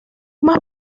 más